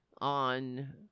on